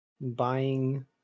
buying